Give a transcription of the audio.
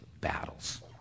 battles